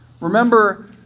Remember